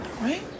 Right